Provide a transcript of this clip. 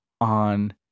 on